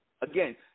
Again